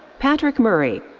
patrick murray.